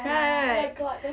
ya right